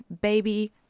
baby